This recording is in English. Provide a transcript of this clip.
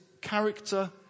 character